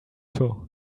too